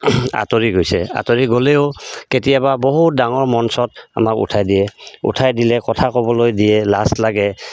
আঁতৰি গৈছে আঁতৰি গ'লেও কেতিয়াবা বহুত ডাঙৰ মঞ্চত আমাক উঠাই দিয়ে উঠাই দিলে কথা ক'বলৈ দিয়ে লাজ লাগে